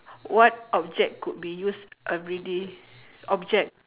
what object could be used everyday object